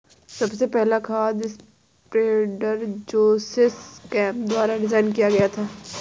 सबसे पहला खाद स्प्रेडर जोसेफ केम्प द्वारा डिजाइन किया गया था